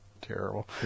terrible